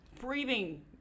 breathing